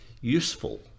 useful